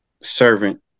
Servant